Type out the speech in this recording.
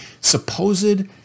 supposed